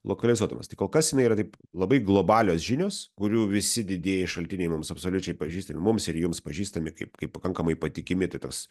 lokalizuodamas tai kol kas jinai yra taip labai globalios žinios kurių visi didieji šaltiniai mums absoliučiai pažįstami mums ir jums pažįstami kaip kaip pakankamai patikimi tai tas